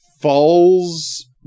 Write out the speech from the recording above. Falls